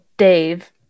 Dave